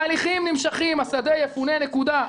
ההליכים נמשכים, השדה יפונה, נקודה.